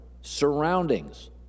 Surroundings